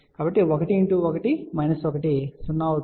కాబట్టి 1 1 1 0